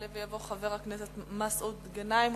יעלה ויבוא חבר הכנסת מסעוד גנאים,